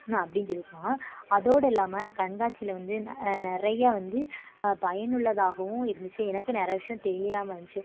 அப்படின்னு சொல்லியிருக்காங்க அதோடு இல்லாமல் அந்த கண்காட்சியில வந்து நிறையா வந்து பயனுள்ளதாகவும் இருந்துச்சு எனக்கு நிறைய விஷயம் தெரியாமல் இருந்துச்சு